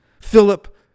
Philip